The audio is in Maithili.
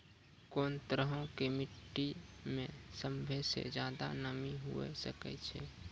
कोन तरहो के मट्टी मे सभ्भे से ज्यादे नमी हुये सकै छै?